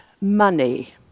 money